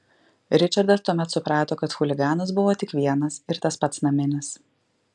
ričardas tuomet suprato kad chuliganas buvo tik vienas ir tas pats naminis